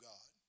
God